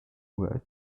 were